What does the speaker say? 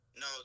No